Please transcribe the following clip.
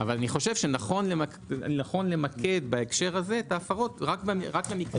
אבל אני חושב שנכון למקד בהקשר הזה את ההפרות רק למקרים האלה.